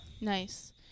Nice